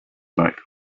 life